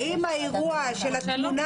האם האירוע של התמונה